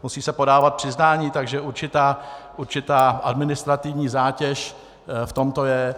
Musí se podávat přiznání, takže určitá administrativní zátěž v tomto je.